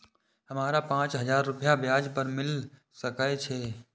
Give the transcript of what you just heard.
हमरा पाँच हजार रुपया ब्याज पर मिल सके छे?